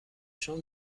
شام